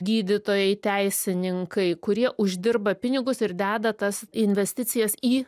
gydytojai teisininkai kurie uždirba pinigus ir deda tas investicijas į